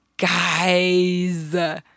guys